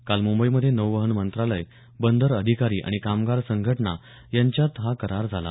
काल मुंबईमध्ये नौवहन मंत्रालय बंदर अधिकारी आणि कामगार संघटना यांच्यात हा करार झाला